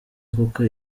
koko